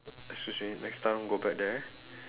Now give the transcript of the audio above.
excuse me next time go back there